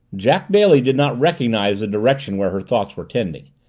jack bailey did not recognize the direction where her thoughts were tending.